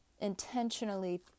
intentionally